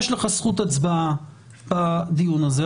יש לך זכות הצבעה בדיון הזה,